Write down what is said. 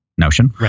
notion